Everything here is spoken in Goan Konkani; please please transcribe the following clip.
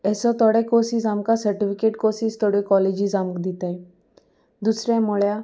एसो थोडे कोर्सीस आमकां सर्टिफिकेट कोर्सीस थोड्यो कॉलेजीस आमक दिताय दुसरें म्हणल्यार